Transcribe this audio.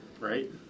Right